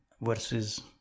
versus